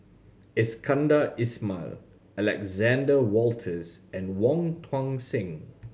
Iskandar Ismail Alexander Wolters and Wong Tuang Seng